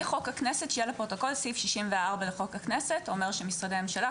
אבל רק שיהיה לפרוטוקול סעיף 64 לחוק הכנסת אומר שמשרדי הממשלה,